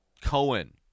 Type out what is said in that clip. Cohen